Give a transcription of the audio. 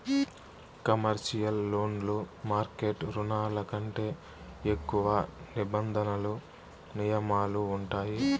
commercial లోన్లు market రుణాల కంటే ఎక్కువ నిబంధనలు నియమాలు ఉంటాయి